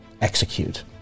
execute